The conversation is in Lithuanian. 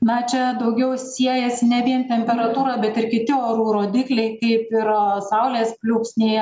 na čia daugiau siejasi ne vien temperatūra bet ir kiti orų rodikliai kaip ir saulės pliūpsniai